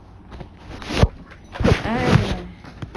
!aiya!